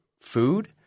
food